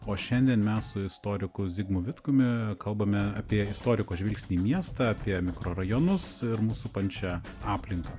o šiandien mes su istoriku zigmu vitkumi kalbame apie istoriko žvilgsnį į miestą apie mikrorajonus ir mus supančią aplinką